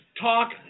talk